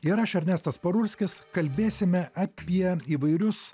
ir aš ernestas parulskis kalbėsime apie įvairius